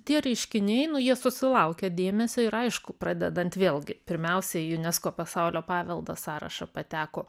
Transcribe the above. tie reiškiniai jie susilaukė dėmesio ir aišku pradedant vėlgi pirmiausia į unesco pasaulio paveldo sąrašą pateko